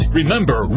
Remember